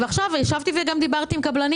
עכשיו ישבתי וגם דיברתי עם קבלנים